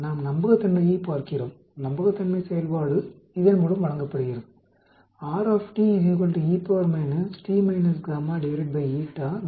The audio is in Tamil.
நாம் நம்பகத்தன்மையைப் பார்க்கிறோம் நம்பகத்தன்மை செயல்பாடு இதன் மூலம் வழங்கப்படுகிறது